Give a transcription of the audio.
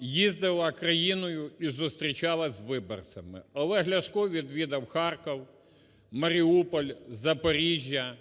їздила країною і зустрічалась з виборцями. Олег Ляшко відвідав Харків, Маріуполь, Запоріжжя,